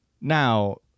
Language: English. Now